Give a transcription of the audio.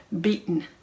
beaten